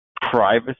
privacy